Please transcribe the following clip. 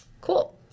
cool